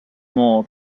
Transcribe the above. more